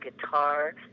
guitar